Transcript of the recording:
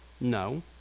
No